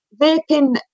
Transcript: vaping